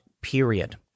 period